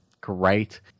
great